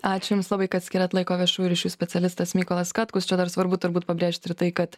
ačiū jums labai kad skyrėt laiko viešųjų ryšių specialistas mykolas katkus čia dar svarbu turbūt pabrėžti ir tai kad